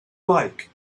like